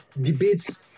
debates